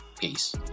Peace